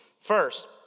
First